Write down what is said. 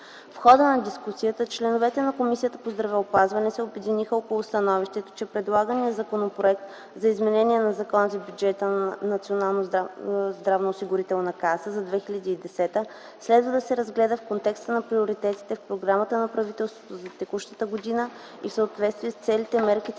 В хода на дискусията членовете на Комисията по здравеопазването се обединиха около становището, че предлаганият Законопроект за изменение на Закона за бюджета на Националната здравноосигурителна каса за 2010 г. следва да се разгледа в контекста на приоритетите на Програмата на правителството за текущата година и в съответствие с целите и мерките